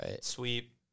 sweep